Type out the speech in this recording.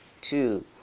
two